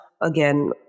again